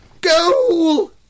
goal